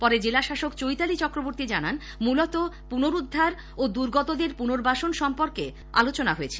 পরে জেলাশাসক চৈতালি চক্রবর্তী জানান মূলত পুনরুদ্ধার এবং দুর্গতদের পুনর্বাসন সম্পর্কে আলোচনা হয়েছে